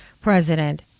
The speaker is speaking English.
president